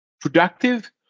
productive